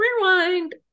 rewind